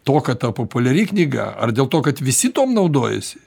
to kad ta populiari knyga ar dėl to kad visi tuom naudojasi